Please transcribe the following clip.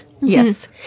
Yes